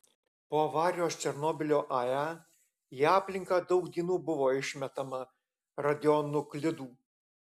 po avarijos černobylio ae į aplinką daug dienų buvo išmetama radionuklidų